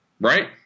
Right